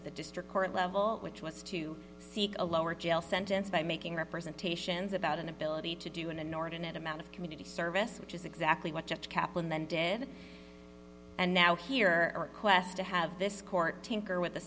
of the district court level which was to seek a lower jail sentence by making representations about an ability to do an inordinate amount of community service which is exactly what judge kaplan then did and now here are quest to have this court tanker with